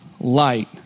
light